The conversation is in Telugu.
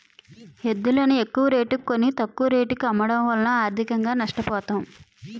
ఎద్దులును ఎక్కువరేటుకి కొని, తక్కువ రేటుకు అమ్మడము వలన ఆర్థికంగా నష్ట పోతాం